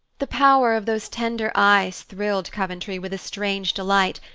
the power of those tender eyes thrilled coventry with a strange delight,